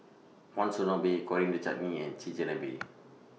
Monsunabe Coriander Chutney and Chigenabe